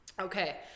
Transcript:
Okay